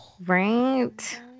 Right